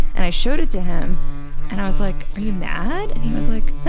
and i showed it to him and i was like, are you mad? and he was like, ah,